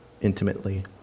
intimately